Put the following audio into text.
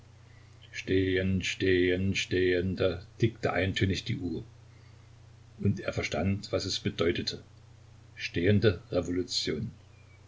stehen stehen stehende tickte eintönig die uhr und er verstand was es bedeutete stehende revolution